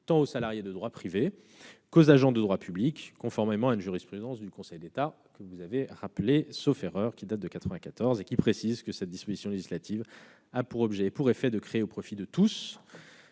tant aux salariés de droit privé qu'aux agents de droit public, conformément à une jurisprudence du Conseil d'État, que vous avez rappelée, datant de 1994. Celle-ci précise que ladite disposition « a pour objet et pour effet de créer au profit de tous